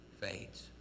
fades